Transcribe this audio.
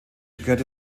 gehörte